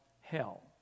hell